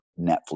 netflix